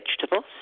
vegetables